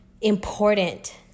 important